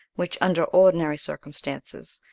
which, under ordinary circumstances,